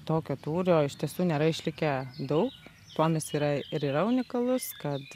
tokio tūrio iš tiesų nėra išlikę daug tuom jis yra ir yra unikalus kad